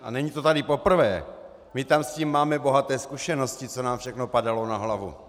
A není to tady poprvé, my tam s tím máme bohaté zkušenosti, co nám všechno padalo na hlavu.